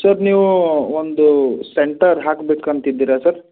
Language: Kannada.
ಸರ್ ನೀವು ಒಂದು ಸೆಂಟರ್ ಹಾಕ್ಬೇಕು ಅಂತಿದ್ದೀರಾ ಸರ್